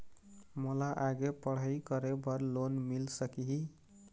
मोला आगे पढ़ई करे बर लोन मिल सकही?